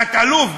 תת-אלוף,